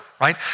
right